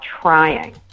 trying